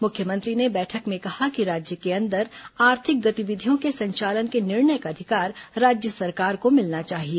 मुख्यमंत्री ने बैठक में कहा कि राज्य के अंदर आर्थिक गतिविधियों के संचालन के निर्णय का अधिकार राज्य सरकार को मिलना चाहिए